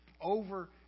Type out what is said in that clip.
over